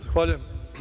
Zahvaljujem.